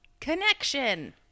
Connection